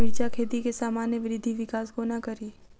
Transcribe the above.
मिर्चा खेती केँ सामान्य वृद्धि विकास कोना करि?